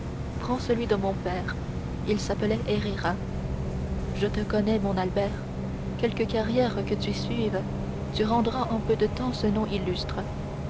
prends celui de mon père il s'appelait herrera je te connais mon albert quelque carrière que tu suives tu rendras en peu de temps ce nom illustre